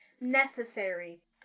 Necessary